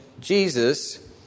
Jesus